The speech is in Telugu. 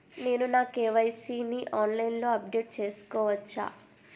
నేను నా కే.వై.సీ ని ఆన్లైన్ లో అప్డేట్ చేసుకోవచ్చా?